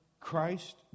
Christ